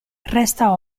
resta